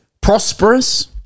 prosperous